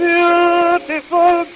Beautiful